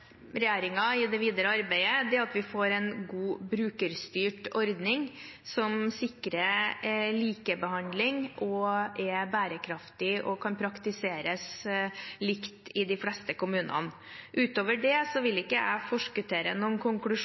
i det videre arbeidet, er at vi får en god brukerstyrt ordning som sikrer likebehandling, er bærekraftig og kan praktiseres likt i de fleste kommunene. Utover det vil ikke jeg forskuttere noen